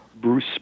Bruce